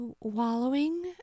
wallowing